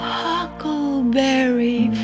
huckleberry